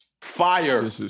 Fire